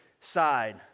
side